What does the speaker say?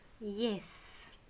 yes